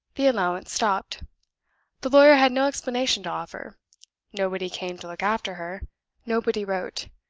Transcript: the allowance stopped the lawyer had no explanation to offer nobody came to look after her nobody wrote.